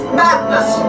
madness